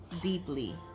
deeply